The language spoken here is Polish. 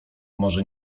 może